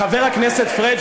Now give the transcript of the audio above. חבר הכנסת פריג',